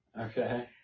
Okay